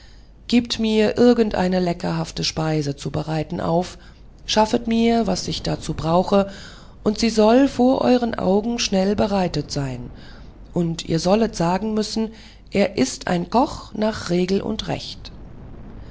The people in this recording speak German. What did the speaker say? gebet mir irgendeine leckerhafte speise zu bereiten auf schaffet mir was ich dazu brauche und sie soll vor euren augen schnell bereitet sein und ihr sollet sagen müssen er ist ein koch nach regel und recht